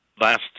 Last